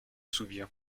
souvient